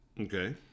Okay